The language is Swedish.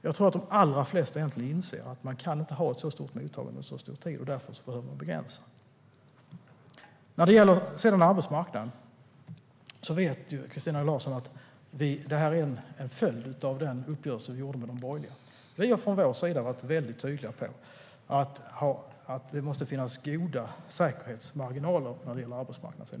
Jag tror att de allra flesta egentligen inser att man inte kan ha ett så stort mottagande över så lång tid. Därför behöver man begränsa det. När det gäller arbetsmarknaden vet Christina Höj Larsen att detta är en följd av vår uppgörelse med de borgerliga. Vi har varit väldigt tydliga med att det måste finnas goda säkerhetsmarginaler beträffande arbetsmarknaden.